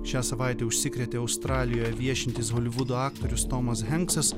šią savaitę užsikrėtė australijoje viešintis holivudo aktorius tomas henksas